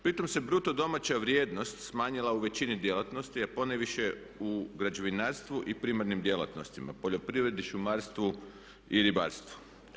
Pritom se bruto domaća vrijednost smanjila u većini djelatnosti, a ponajviše u građevinarstvu i primarnim djelatnostima – poljoprivredi, šumarstvu i ribarstvu.